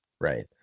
Right